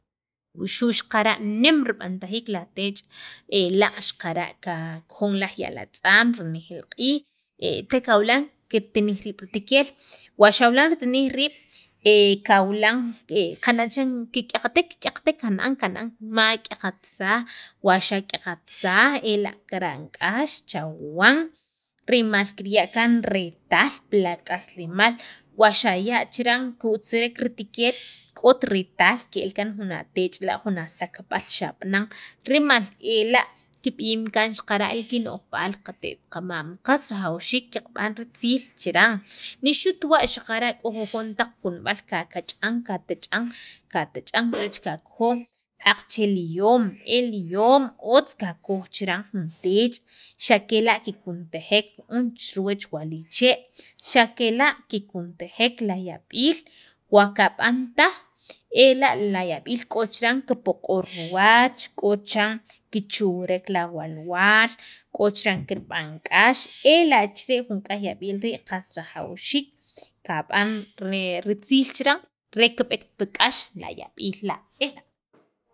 Wuxu' xaqara' nem rib'antajiik la tech' laaq' xaqara' kakoj laj ya'l atz'am renejeel q'iij te kawilan kirtinij riib' ritikel wa xawilan ritinij riib' wa xana'an kik'yaqtek, kik'yaqtek wa ma xak'yatsaj wa xak'yaqatsaj ela' kirb'an k'ax chawan otztaj ela' e kichaqajek kirya' kan retal nem la sakb'al rimal ela' kib'im kan chaqan qate't qamaam rajawxiik qab'an utziilchiran ni xutwa' ko jujon taq kunb'al kakach'an rech kakojon aqache li yoom eli' yoom otz kakoj chiran jun tech' re xa kela' kikuntajej la yab'iil wa kab'antaj ela' la yab'iil k'o chiran kipoq'or riwach k'o chiran kichuwrek la walwaal k'o chiran kirb'an k'ax rajawxiik kab'an utziil chiran re kib'ekt pi k'ax la yab'iil la'.